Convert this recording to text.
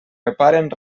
reparen